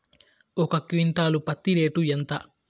ఒక క్వింటాలు పత్తి రేటు ఎంత?